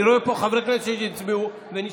אני רואה פה חברי כנסת שהצביעו ונשארים.